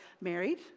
married